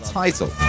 title